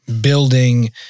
building